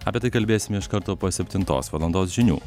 apie tai kalbėsime iš karto po septintos valandos žinių